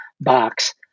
box